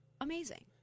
amazing